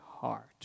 heart